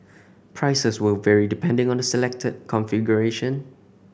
price is vary depending on the selected configuration